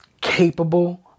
capable